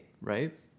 right